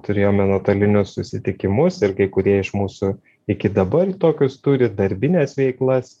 turėjome nuotolinius susitikimus ir kai kurie iš mūsų iki dabar tokius turi darbines veiklas